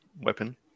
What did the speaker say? weapon